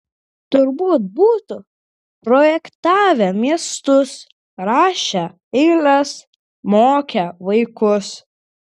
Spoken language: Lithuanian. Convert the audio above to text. turbūt būtų projektavę miestus rašę eiles mokę vaikus